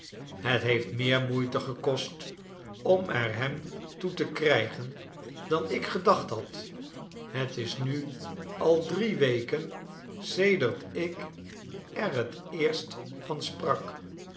het heeft meer moeite gekost om er hem toe te krijgen dan ik gedacht had het is nu al drie weken sedert ik er het eerst van sprak